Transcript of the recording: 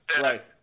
right